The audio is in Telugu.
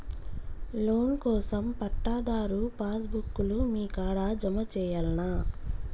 లోన్ కోసం పట్టాదారు పాస్ బుక్కు లు మీ కాడా జమ చేయల్నా?